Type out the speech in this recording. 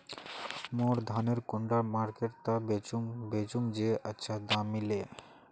मोर धानेर कुंडा मार्केट त बेचुम बेचुम जे अच्छा दाम मिले?